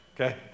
okay